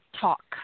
talk